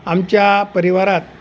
आमच्या परिवारात